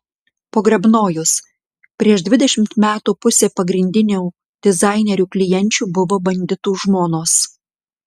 pogrebnojus prieš dvidešimt metų pusė pagrindinių dizainerių klienčių buvo banditų žmonos